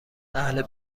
اهل